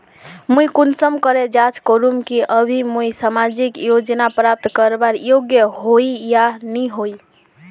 मुई कुंसम करे जाँच करूम की अभी मुई सामाजिक योजना प्राप्त करवार योग्य होई या नी होई?